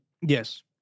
Yes